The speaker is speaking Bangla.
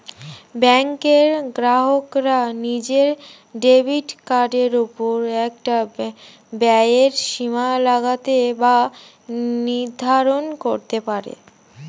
ব্যাঙ্কের গ্রাহকরা নিজের ডেবিট কার্ডের ওপর একটা ব্যয়ের সীমা লাগাতে বা নির্ধারণ করতে পারে